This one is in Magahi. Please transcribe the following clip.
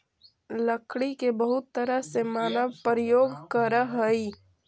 लकड़ी के बहुत तरह से मानव प्रयोग करऽ हइ